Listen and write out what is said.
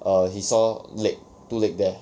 err he saw leg two leg there